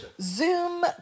zoom